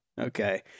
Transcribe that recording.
Okay